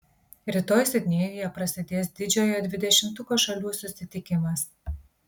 rytoj sidnėjuje prasidės didžiojo dvidešimtuko šalių susitikimas